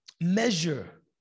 measure